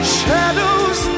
shadows